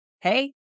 hey